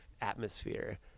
atmosphere